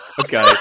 okay